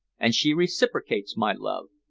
and she reciprocates my love.